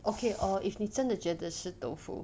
okay or if 你真的觉得是豆腐